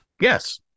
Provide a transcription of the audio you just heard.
Yes